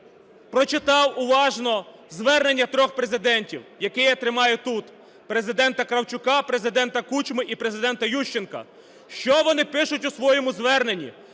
прочитав уважно звернення трьох президентів, яке я тримаю тут: Президента Кравчука, Президента Кучми і Президента Ющенка. Що вони пишуть у своєму зверненні?